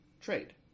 trade